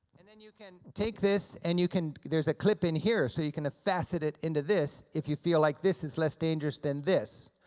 and then you can take this and you can, there's a clip in here, so you can fasten it into this, if you feel like this is less dangerous than this.